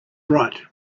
bright